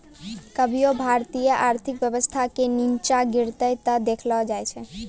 कभियो भारतीय आर्थिक व्यवस्था के नींचा गिरते नै देखलो जाय छै